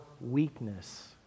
weakness